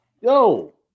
Yo